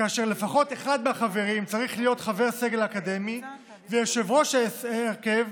כאשר לפחות אחד מהחברים צריך להיות חבר סגל אקדמי ויושב-ראש ההרכב